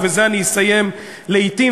ובזה אני אסיים: לעתים,